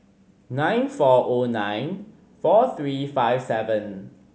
nine four o nine four three five seven